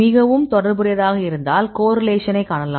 மிகவும் தொடர்புடையதாக இருந்தால் கோரிலேஷன்னை காணலாம்